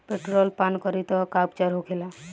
Petrol पान करी तब का उपचार होखेला?